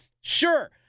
Sure